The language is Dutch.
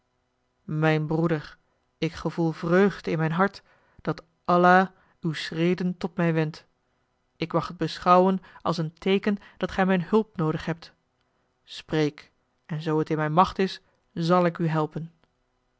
mijn broeder ik gevoel vreugde in mijn hart dat allah uw schreden tot mij wendt ik mag het beschouwen als een teeken dat gij mijn hulp noodig hebt spreek en zoo het in mijn macht is zàl ik u helpen